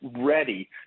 ready